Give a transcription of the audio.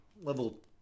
Level